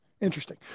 Interesting